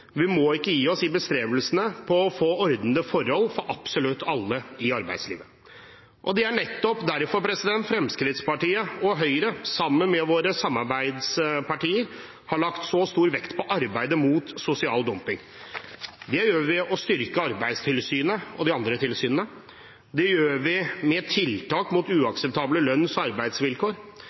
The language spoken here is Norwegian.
Vi må ikke gi oss i bestrebelsene på å få ordnede forhold for absolutt alle i arbeidslivet. Det er nettopp derfor Fremskrittspartiet og Høyre, sammen med våre samarbeidspartier, har lagt så stor vekt på arbeidet mot sosial dumping. Det gjør vi ved å styrke Arbeidstilsynet og de andre tilsynene, det gjør vi med tiltak mot uakseptable lønns- og arbeidsvilkår,